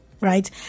Right